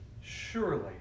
surely